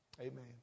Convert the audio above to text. Amen